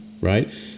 right